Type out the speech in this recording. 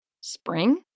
Spring